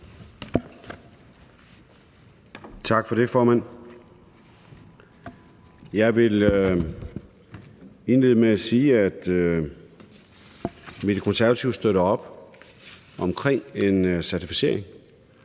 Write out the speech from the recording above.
Tak for det, formand. Jeg vil indlede med at sige, at vi Konservative støtter op om en certificering,